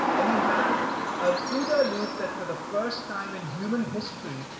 and you have an ooda loop that, for the first time in human history,